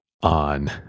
on